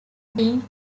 been